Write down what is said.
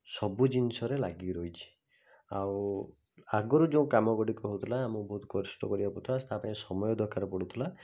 ସବୁ ଜିନିଷରେ ଲାଗିକି ରହିଛି ଆଉ ଆଗରୁ ଯେଉଁ କାମଗୁଡ଼ିକ ହେଉଥିଲା ଆମକୁ ବହୁତ କଷ୍ଟ କରିବାକୁ ପଡ଼ୁଥିଲା ତା' ପାଇଁ ସମୟ ଦରକାର ପଡ଼ୁଥିଲା